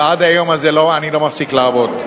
ועד היום הזה אני לא מפסיק לעבוד.